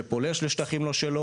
שפולש לשטחים לא שלו.